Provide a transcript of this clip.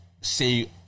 Say